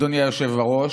אדוני היושב-ראש,